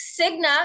Cigna